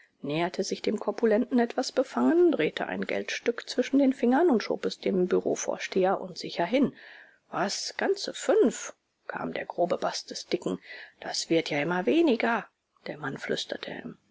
näherte sich dem korpulenten etwas befangen drehte ein geldstück zwischen den fingern und schob es dem bürovorsteher unsicher hin was ganze fünf kam der grobe baß des dicken das wird ja immer weniger der mann